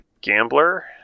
gambler